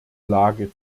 lage